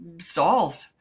solved